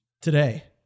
Today